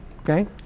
okay